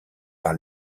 par